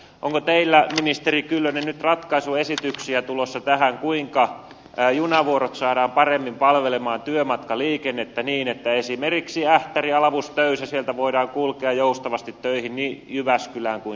onko teillä ministeri kyllönen nyt ratkaisuesityksiä tulossa tähän kuinka junavuorot saadaan paremmin palvelemaan työmatkaliikennettä niin että esimerkiksi ähtäristä alavudelta töysästä voidaan kulkea joustavasti töihin niin jyväskylään kuin seinäjoelle